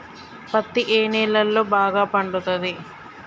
పత్తి ఏ నేలల్లో బాగా పండుతది?